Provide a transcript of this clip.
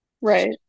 Right